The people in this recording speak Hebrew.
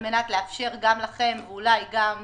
על מנת לאפשר גם לכם ואולי גם לכנסת,